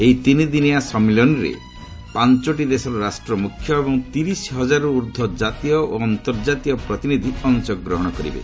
ଏହି ତିନିଦିନିଆ ସମ୍ମିଳନୀରେ ପାଞ୍ଚଟି ଦେଶର ରାଷ୍ଟ୍ର ମୁଖ୍ୟ ଏବଂ ତିରିଶ ହଜାରରୁ ଊର୍ଦ୍ଧ୍ୱ ଜାତୀୟ ଓ ଆନ୍ତର୍ଜାତିକ ପ୍ରତିନିଧି ଅଶଗ୍ରହଣ କରିବେ